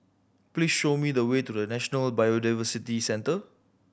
please show me the way to The National Biodiversity Centre